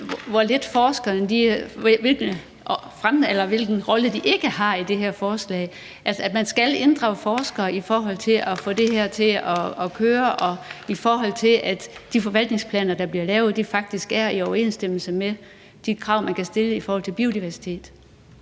er, at forskerne ikke spiller nogen rolle i det her forslag, altså at man ikke skal inddrage forskere i forhold til at få det her til at køre, og i forhold til at de forvaltningsplaner, der bliver lavet, faktisk er i overensstemmelse med de krav, man kan stille om biodiversitet.